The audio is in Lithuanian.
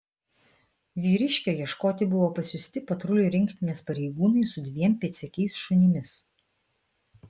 vyriškio ieškoti buvo pasiųsti patrulių rinktinės pareigūnai su dviem pėdsekiais šunimis